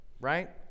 right